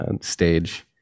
stage